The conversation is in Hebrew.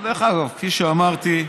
דרך אגב, כפי שאמרתי,